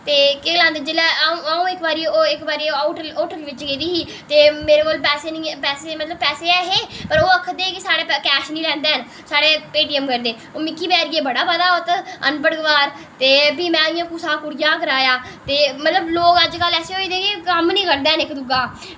ते अंऊ इक्क बारी जेल्लै होटल बिच गेदी ही ते मेरी नुहाड़ी बैह्स मतलब पैसे ऐहे ते ओह् आक्खथा दे हे की साढ़े कैश निं लैंदे न साढ़े पेटीऐम करदे ते मिगी बेचारियै गी बड़ा पता अनपढ़ गवार भी में बेचारी कुसै कुड़ियै कशा करोआया ते मतलब लोग अज्जकल ऐसे होई गेदे न की कम्म निं करदे न इक्क दूऐ दा